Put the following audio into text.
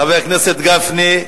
חבר הכנסת גפני,